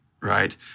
right